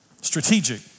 Strategic